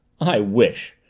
i wish,